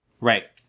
Right